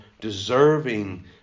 deserving